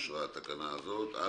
הצבעה בעד התקנה פה אחד התקנה אושרה.